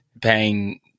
paying